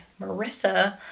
Marissa